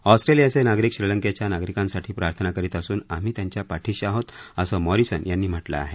ऑस्ट्रेलियाचे नागरिक श्रीलंकेच्या नागरिकांसाठी प्रार्थना करीत असून आम्ही त्यांच्या पाठीशी आहोत असं मॉरिसन यांनी म्हटलं आहे